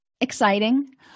exciting